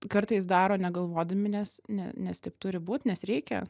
kartais daro negalvodami nes ne nes taip turi būt nes reikia